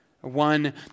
One